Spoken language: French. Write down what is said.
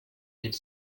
mille